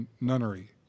nunnery